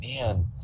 man